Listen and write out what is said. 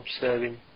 observing